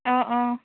অঁ অঁ